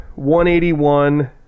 181